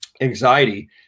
anxiety